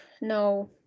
no